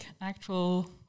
actual